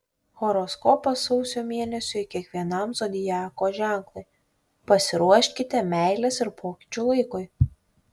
horoskopas sausio mėnesiui kiekvienam zodiako ženklui pasiruoškite meilės ir pokyčių laikui